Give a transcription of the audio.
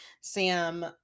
Sam